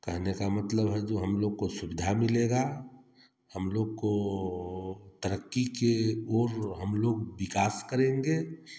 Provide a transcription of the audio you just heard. कहने का मतलब है जो हम लोग को सुविधा मिलेगा हम लोग को तरक्की की ओर हम लोग विकास करेंगे